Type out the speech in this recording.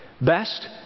Best